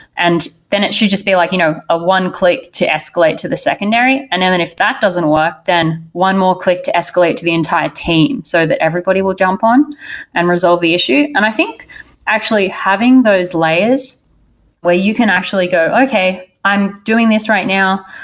and then it should just be like you know a one click to escalate to the secondary, and then if that doesn't work, then one will click to escalate to the entire team so that everybody will jump on and resolve the issue. and i think actually having those layers where you can actually go, okay. i'm doing this right now.